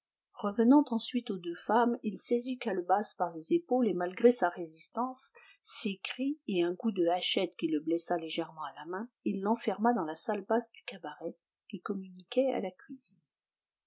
revenant ensuite aux deux femmes il saisit calebasse par les épaules et malgré sa résistance ses cris et un coup de hachette qui le blessa légèrement à la main il l'enferma dans la salle basse du cabaret qui communiquait à la cuisine